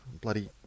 Bloody